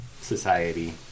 society